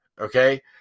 Okay